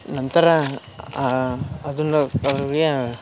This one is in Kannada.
ನಂತರ ಅದನ್ನು